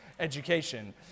education